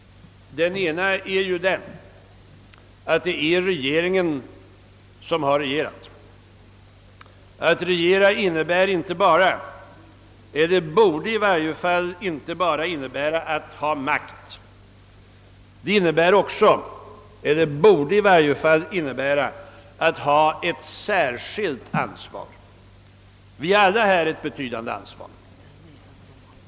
Den ena är att det är regeringen som har regerat. Att regera innebär inte bara —— eller borde i varje fall inte bara innebära att ha makt. Det innebär också — eller borde i varje fall innebära — att ha ett särskilt ansvar. Vi har alla här ett betydande ansvar.